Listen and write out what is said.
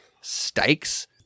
stakes